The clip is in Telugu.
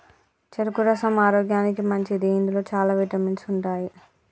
చెరుకు రసం ఆరోగ్యానికి మంచిది ఇందులో చాల విటమిన్స్ ఉంటాయి